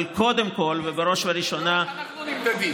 אבל קודם כול ובראש ובראשונה, ככה אנחנו נמדדים.